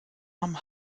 haben